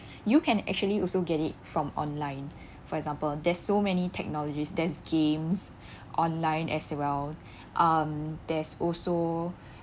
you can actually also get it from online for example there's so many technologies there's games online as well um there's also